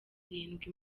irindwi